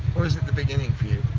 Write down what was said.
or is it the beginning for